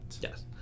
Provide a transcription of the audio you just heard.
yes